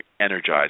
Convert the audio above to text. energized